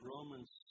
Romans